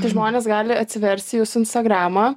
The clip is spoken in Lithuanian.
tai žmonės gali atsiversti jūsų instagramą